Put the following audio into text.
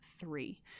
three